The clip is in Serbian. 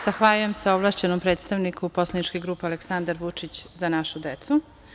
Zahvaljujem se ovlašćenom predstavniku poslaničke grupe Aleksandar Vučić – Za našu decu.